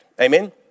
Amen